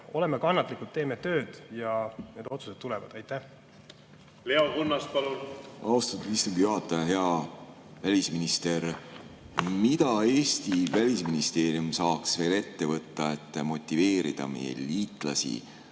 oleme kannatlikud, teeme tööd, ja need otsused tulevad. Leo Kunnas, palun! Austatud istungi juhataja! Hea välisminister! Mida Eesti Välisministeerium saaks ette võtta, et motiveerida meie liitlasi